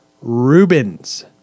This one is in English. Rubens